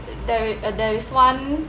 there is there is one